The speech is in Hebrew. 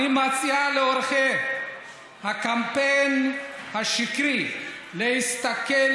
אני מציע לעורכי הקמפיין השקרי להסתכל